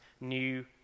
new